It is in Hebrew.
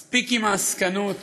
מספיק עם העסקנות.